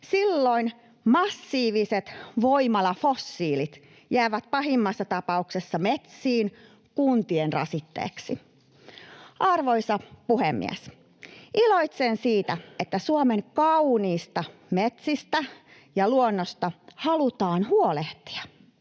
Silloin massiiviset voimalafossiilit jäävät pahimmassa tapauksessa metsiin kuntien rasitteeksi. Arvoisa puhemies! Iloitsen siitä, että Suomen kauniista metsistä ja luonnosta halutaan huolehtia.